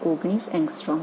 19 angstrom